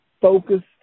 focused